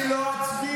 אני לא אצביע.